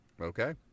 okay